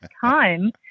time